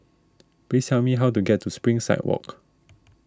please tell me how to get to Springside Walk